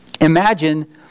Imagine